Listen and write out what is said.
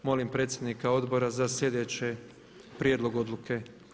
Molim predsjednika odbora za slijedeći prijedlog odluke.